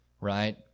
right